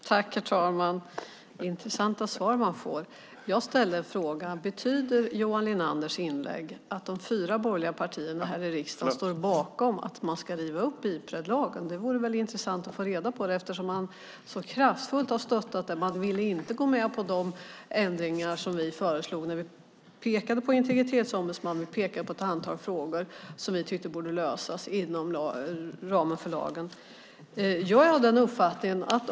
Herr talman! Det är intressanta svar man får. Jag frågade: Betyder Johan Linanders inlägg här att de fyra borgerliga partierna i riksdagen står bakom att Ipredlagen ska rivas upp? Det vore intressant att få reda på hur det är eftersom man så kraftfullt har stöttat i det avseendet. Man ville inte gå med på de ändringar som vi föreslog när vi pekade på detta med en integritetsombudsman och på ett antal frågor som vi tyckte borde lösas inom ramen för Ipredlagen.